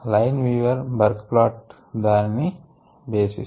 line Weaver Burk plot దాని basis